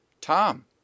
Tom